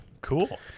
Cool